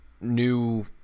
new